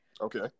Okay